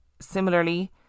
similarly